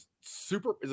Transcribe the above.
super